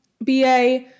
BA